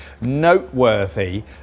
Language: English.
noteworthy